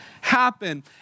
happen